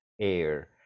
air